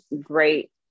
great